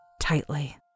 tightly